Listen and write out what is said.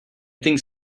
think